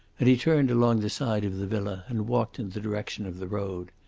and he turned along the side of the villa and walked in the direction of the road.